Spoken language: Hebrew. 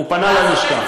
הוא פנה ללשכה.